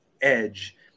edge